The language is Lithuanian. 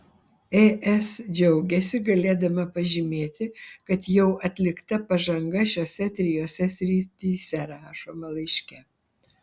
es džiaugiasi galėdama pažymėti kad jau atlikta pažanga šiose trijose srityse rašoma laiške